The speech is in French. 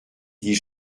dis